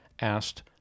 asked